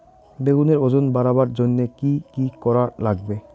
বেগুনের ওজন বাড়াবার জইন্যে কি কি করা লাগবে?